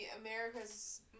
America's